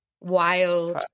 Wild